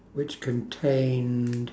which contained